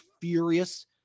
furious